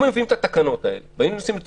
אם היו מביאים את התקנות האלה והיינו עושים את